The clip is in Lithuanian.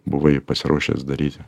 buvai pasiruošęs daryti